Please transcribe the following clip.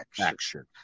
Action